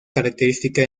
característica